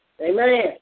Amen